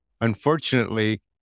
Unfortunately